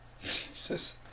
Jesus